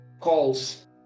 calls